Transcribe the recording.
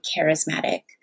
charismatic